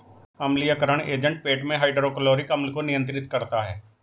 अम्लीयकरण एजेंट पेट में हाइड्रोक्लोरिक अम्ल को नियंत्रित करता है